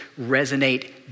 resonate